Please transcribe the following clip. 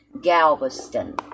Galveston